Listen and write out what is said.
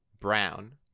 brown